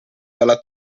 dalla